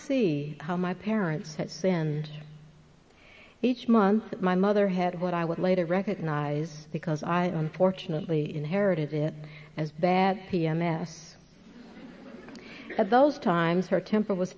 see how my parents had been each month my mother had what i would later recognize because i unfortunately inherited it as bad p m s at those times her temper was